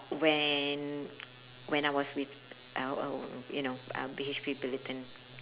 when when I was with L_O you know uh BHP Billiton